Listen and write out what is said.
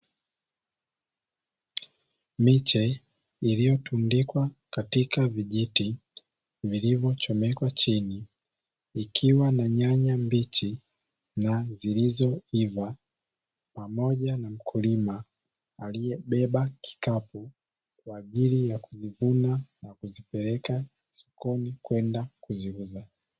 Miche iliyotundikwa katika vijiti vilivyochomekwa chini ikiwa na nyanya mbichi na zilizoiva, pamoja na mkulima aliyebeba kikapu kwa ajili ya kuzivuna na kuzipeleka sokoni kwenda kuziuza.